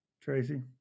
Tracy